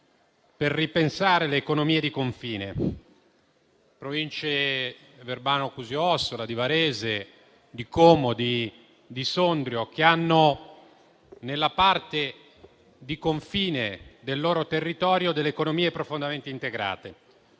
per ripensare le economie di confine. Le Province del Verbano-Cusio-Ossola, di Varese, di Como, di Sondrio hanno nella parte di confine del loro territorio delle economie profondamente integrate,